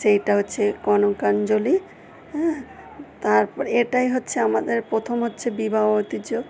সেইটা হচ্ছে কনকাঞ্জলি হ্যাঁ তারপরে এটাই হচ্ছে আমাদের প্রথম হচ্ছে বিবাহ ঐতিহ্য